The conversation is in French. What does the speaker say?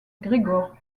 gregor